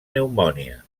pneumònia